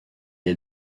est